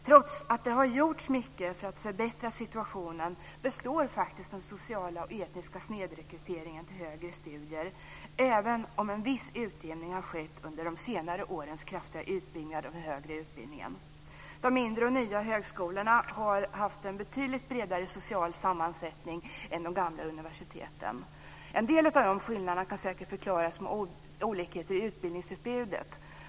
Trots att det har gjorts mycket för att förbättra situationen består faktiskt den sociala och etniska snedrekryteringen till högre studier, även om en viss utjämning har skett under de senare årens kraftiga utbyggnad av den högre utbildningen. De mindre och nya högskolorna har haft en betydligt bredare social sammansättning än de gamla universiteten. En del av de skillnaderna kan säkert förklaras med olikheter i utbildningsutbudet.